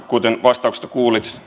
kuten vastauksesta kuulit